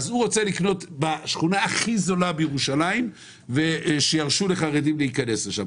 אז הוא רוצה לקנות בשכונה הכי זולה בירושלים ושירשו לחרדים להיכנס לשם,